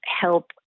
help